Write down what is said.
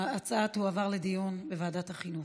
ההצעה תועבר לדיון בוועדת החינוך.